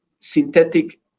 synthetic